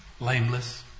lameless